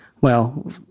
Well-